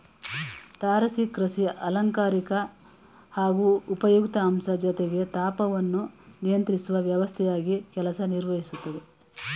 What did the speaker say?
ತಾರಸಿ ಕೃಷಿ ಅಲಂಕಾರಿಕ ಹಾಗೂ ಉಪಯುಕ್ತ ಅಂಶ ಜೊತೆಗೆ ತಾಪವನ್ನು ನಿಯಂತ್ರಿಸುವ ವ್ಯವಸ್ಥೆಯಾಗಿ ಕೆಲಸ ನಿರ್ವಹಿಸ್ತದೆ